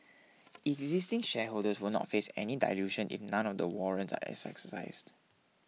existing shareholders will not face any dilution if none of the warrants are exercised